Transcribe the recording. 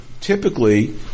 typically